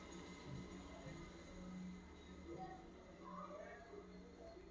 ನಿಮ್ದ್ ಮರುಕಳಿಸೊ ದೇಣಿಗಿ ಹಣದ ಕೊರತಿಯಿಂದ ಯಾವುದ ರೋಗಿ ತಮ್ದ್ ಜೇವನವನ್ನ ಕಳ್ಕೊಲಾರ್ದಂಗ್ ಖಚಿತಪಡಿಸಿಕೊಳ್ಬಹುದ್